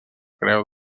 creu